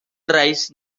rise